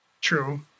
True